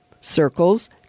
circles